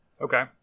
okay